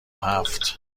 هفت